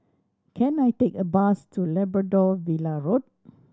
can I take a bus to Labrador Villa Road